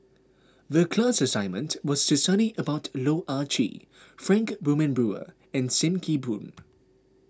the class assignment was to study about Loh Ah Chee Frank Wilmin Brewer and Sim Kee Boon